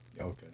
Okay